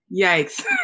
yikes